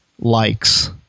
likes